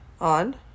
On